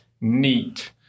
neat